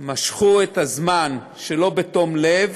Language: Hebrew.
משכו את הזמן שלא בתום לב,